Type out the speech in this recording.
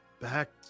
back